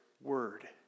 word